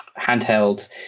handheld